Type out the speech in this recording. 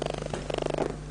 שלא עומדות בדרישות של השוק,